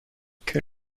que